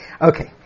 Okay